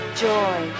joy